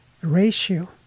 ratio